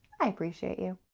i appreciate you.